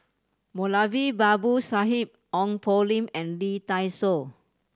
Moulavi Babu Sahib Ong Poh Lim and Lee Dai Soh